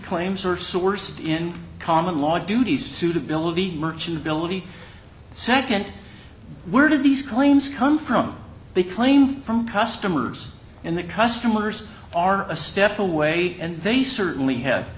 claims are so worst in common law duties suitability merchantability second word of these claims come from the claim from customers and the customers are a step away and they certainly h